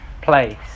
place